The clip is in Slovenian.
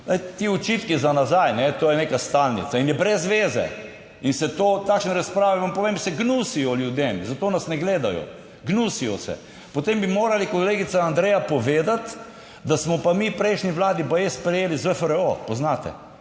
ti očitki za nazaj, to je neka stalnica in je brez veze in se to, takšne razprave, vam povem, se gnusijo ljudem, zato nas ne gledajo, gnusijo se. Potem bi morali kolegica Andreja povedati, da smo pa mi v prejšnji vladi baje sprejeli ZFRO. Poznate?